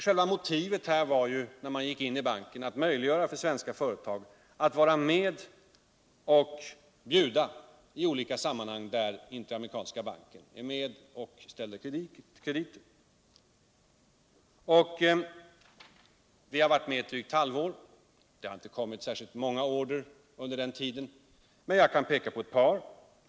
Själva motivet för att gå in i banken var ju att möjliggöra för svenska företag att vara med och bjuda i olika sammanhang, där amerikanska banken inte är med och ställer krediter. Sverige har varit med ett drygt halvår. Det har inte kommit särskilt många order under den tiden, men jag kan peka på ett par.